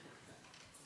הצעות לסדר-היום מס'